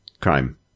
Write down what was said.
crime